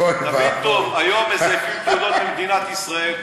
תבין טוב, היום מזייפים תעודות במדינת ישראל.